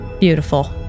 Beautiful